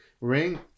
ring